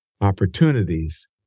opportunities